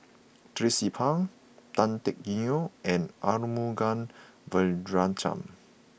Tracie Pang Tan Teck Neo and Arumugam Vijiaratnam